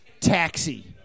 Taxi